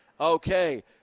Okay